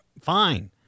Fine